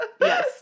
yes